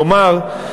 כלומר,